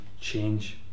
change